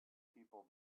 people